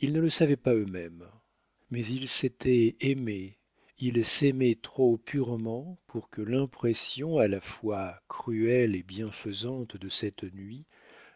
ils ne le savaient pas eux-mêmes mais ils s'étaient aimés ils s'aimaient trop purement pour que l'impression à la fois cruelle et bienfaisante de cette nuit